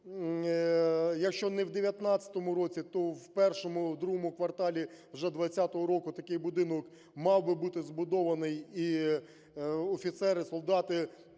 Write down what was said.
якщо не в 19-му році, то в першому, другому кварталі вже 20-го року такий будинок мав би бути збудований, і офіцери, солдати